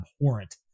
abhorrent